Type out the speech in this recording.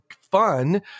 fun